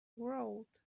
world